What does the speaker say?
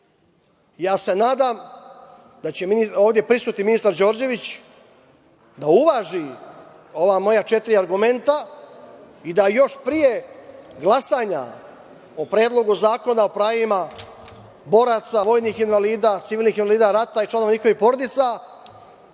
se da će ovde prisutni ministar Đorđević, da uvaži ova moja četiri argumenta, i da još pre glasanja o Predlogu zakona o pravima boraca, vojnih invalida, civilnih invalida rata i članova njihovih porodica,